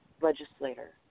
legislator